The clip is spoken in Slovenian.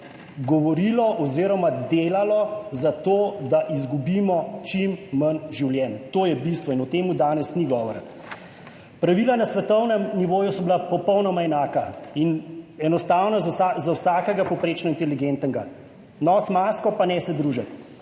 govorilo oziroma delalo za to, da izgubimo čim manj življenj. To je bistvo in o tem danes ni govora. Pravila na svetovnem nivoju so bila popolnoma enaka in enostavna za vsakega povprečno inteligentnega – nosi masko in se ne druži.